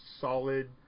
solid